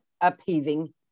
upheaving